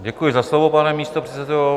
Děkuji za slovo, pane místopředsedo.